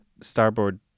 Starboard